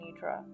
Nidra